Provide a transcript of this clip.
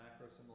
macro